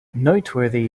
noteworthy